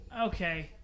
okay